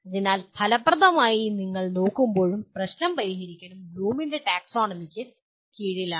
അതിനാൽ ഫലപ്രദമായി ഞങ്ങൾ നോക്കുമ്പോഴും പ്രശ്നം പരിഹരിക്കലും ബ്ലൂമിന്റെ ടാക്സോണമിക്ക് കീഴിലാണ്